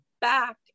back